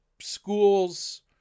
schools